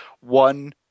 one